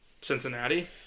Cincinnati